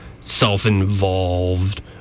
self-involved